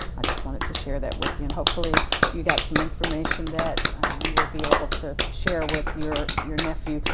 i just wanted to share that with you and hopefully you got some information that i will be able to share with your your nephew.